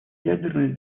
ядерные